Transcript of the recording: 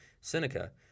Seneca